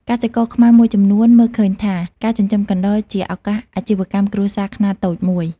កសិករខ្មែរមួយចំនួនមើលឃើញថា ការចិញ្ចឹមកណ្តុរជាឱកាសអាជីវកម្មគ្រួសារខ្នាតតូចមួយ។